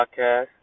podcast